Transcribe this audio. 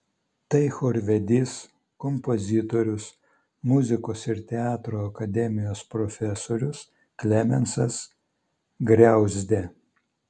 tai chorvedys kompozitorius muzikos ir teatro akademijos profesorius klemensas griauzdė